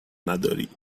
نداری